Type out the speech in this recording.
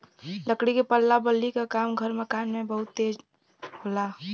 लकड़ी के पल्ला बल्ली क काम घर मकान में बहुत होला